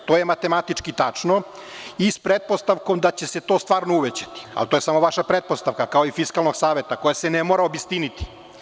To je matematički tačno i s pretpostavkom da će se to stvarno uvećati, ali to je samo vaša pretpostavka, kao i Fiskalnog saveta, koja se ne mora obistiniti.